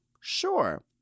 Sure